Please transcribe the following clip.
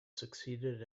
succeeded